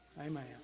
Amen